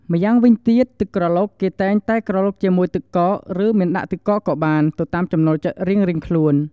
ម្យ៉ាងវិញទៀត ទឹកក្រឡុកគេតែងតែក្រឡុកជាមួយទឹកកក ឬមិនដាក់ទឹកកកក៏បាន ទៅតាមចំណូលចិត្តរៀងៗខ្លួន។